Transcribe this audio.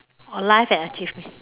oh life and achievements